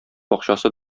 бакчасы